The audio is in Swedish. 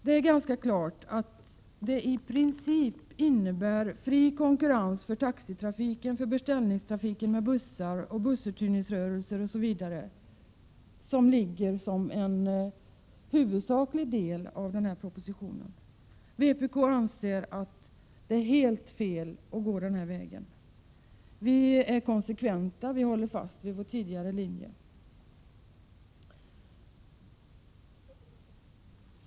Det är ganska klart att den här propositionen i huvudsak innebär en i princip fri konkurrens för taxitrafiken, beställningstrafiken med bussar, bussuthyrningsrörelser osv. Vpk anser att det är helt fel att gå denna väg. Vi är konsekventa och håller fast vid vår tidigare linje.